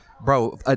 Bro